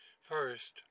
First